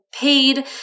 paid